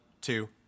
two